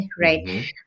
right